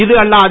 இது அல்லாது